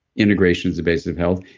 integration is the base of health.